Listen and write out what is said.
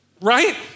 Right